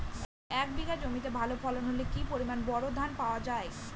এক বিঘা জমিতে ভালো ফলন হলে কি পরিমাণ বোরো ধান পাওয়া যায়?